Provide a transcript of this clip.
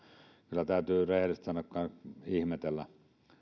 kyllä täytyy rehellisesti sanottuna nyt ihmetellä